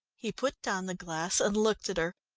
he put down the glass, and looked at her,